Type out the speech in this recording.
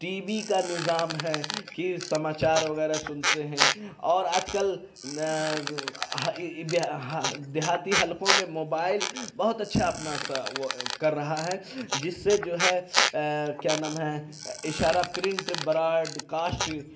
T V کا نظام ہے کہ سماچار وغیرہ سُنتے ہیں اور آج کل دیہاتی حلقوں میں موبائل بہت اچھا اپنا سا وہ کر رہا ہے جس سے جو ہے کیا نام ہے اِشارہ پرنٹ براڈ کاسٹ